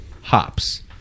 hops